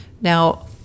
Now